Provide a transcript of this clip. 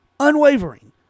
unwavering